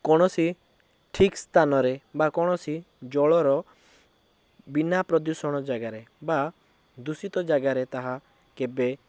କୌଣସି ଠିକ୍ ସ୍ଥାନରେ ବା କୌଣସି ଜଳର ବିନା ପ୍ରଦୂଷଣ ଜାଗାରେ ବା ଦୂଷିତ ଜାଗାରେ ତାହା କେବେ